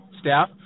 staff